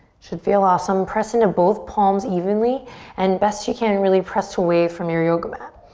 should feel awesome. press into both palms evenly and, best you can, really press away from your yoga mat.